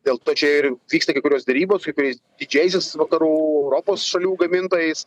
dėl to čia ir vyksta kai kurios derybos kai kuriais didžiaisiais vakarų europos šalių gamintojais